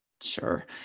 Sure